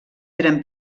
eren